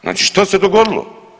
Znači što se dogodilo?